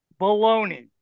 Baloney